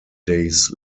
days